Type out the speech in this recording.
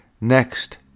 next